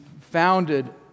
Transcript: founded